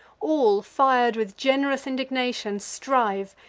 all, fir'd with gen'rous indignation, strive,